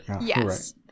Yes